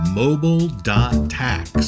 mobile.tax